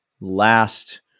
last